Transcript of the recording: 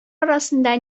арасында